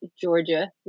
Georgia